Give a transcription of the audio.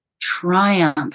triumph